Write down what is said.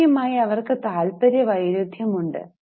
കമ്പനിയുമായി അവർക്ക് താൽപ്പര്യ വൈരുദ്ധ്യമുണ്ട്